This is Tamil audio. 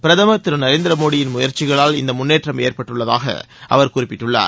பிரதமர் திரு நரேந்திர மோடியின் முயற்சிகளால் இந்த முன்னேற்றம் ஏற்பட்டுள்ளதாக அவர் குறிப்பிட்டார்